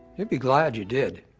you'll be glad you did.